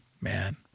man